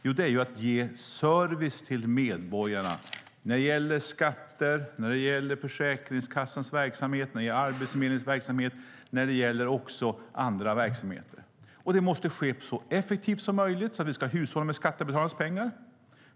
Jo, det är att ge service till medborgarna när det gäller skatter, Försäkringskassans verksamhet, Arbetsförmedlingens verksamhet och andra verksamheter. Det måste ske så effektivt som möjligt, så att vi hushållar med skattebetalarnas pengar.